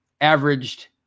averaged